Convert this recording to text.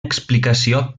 explicació